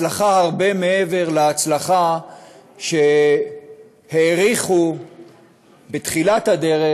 הצלחה הרבה מעל להצלחה שהעריכו בתחילת הדרך.